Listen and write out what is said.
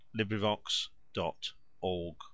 LibriVox.org